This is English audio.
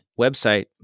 website